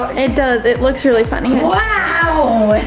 it does, it looks really funny. wow!